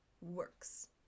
works